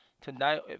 tonight